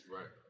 Right